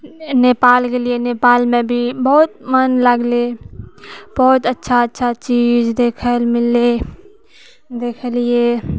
नेपाल गेलिए नेपालमे भी बहुत मोन लागलै बहुत अच्छा अच्छा चीज देखैलए मिललै देखलिए